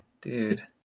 Dude